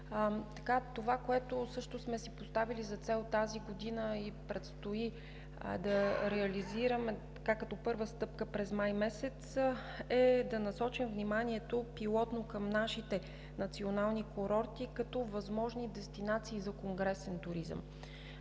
Това, което също сме си поставили за цел тази година и предстои да реализираме като първа стъпка през май месец, е да насочим вниманието пилотно към нашите национални курорти като възможни дестинации за конгресен туризъм.